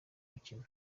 mukino